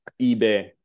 eBay